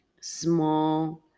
small